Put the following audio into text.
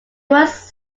was